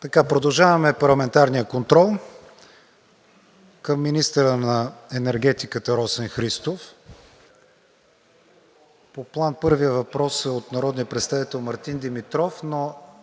Продължаваме парламентарния контрол към министъра на енергетиката Росен Христов. По план първият въпрос е от народния представител Мартин Димитров,